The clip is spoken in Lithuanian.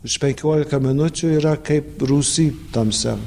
už penkiolika minučių yra kaip rūsy tamsiam